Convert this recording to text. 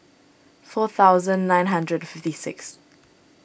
four thousand nine hundred fifty six